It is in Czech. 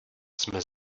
jsme